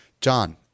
John